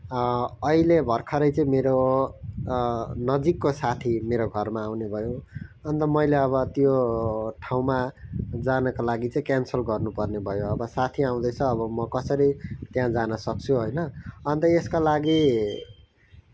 अहिले भर्खरै चाहिँ मेरो नजिकको साथी मेरो घरमा आउने भयो अन्त मैले अब त्यो ठाउँमा जानको लागि चाहिँ क्यान्सल गर्नुपर्ने भयो अब साथी आउँदैछ म कसरी त्यहाँ जान सक्छु होइन अन्त यसका लागि